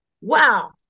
wow